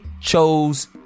chose